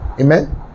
Amen